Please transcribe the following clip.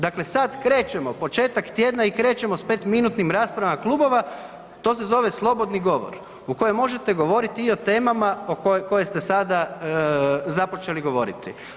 Dakle, sada krećemo, početak tjedna i krećemo s pet minutnim raspravama klubova to se zove slobodni govor u kojem možete govoriti i o temama koje ste sada započeli govoriti.